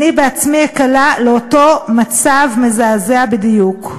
אני בעצמי אקלע לאותו מצב מזעזע בדיוק.